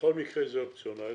בכל מקרה זה אופציונלי.